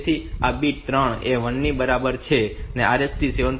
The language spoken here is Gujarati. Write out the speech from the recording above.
તેથી આ બીટ 3 એ 1 ની બરાબર છે RST 7